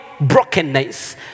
brokenness